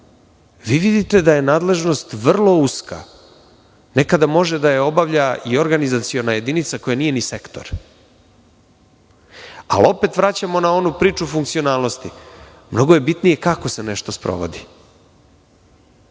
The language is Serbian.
vi vidite da je nadležnost vrlo uska, nekada može da je obavlja i organizaciona jedinica koja nije ni sektor, ali opet vraćamo na onu priču funkcionalnosti i mnogo je bitnije kako se nešto sprovodi. Dakle,